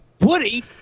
Woody